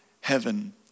heaven